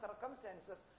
circumstances